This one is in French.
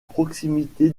proximité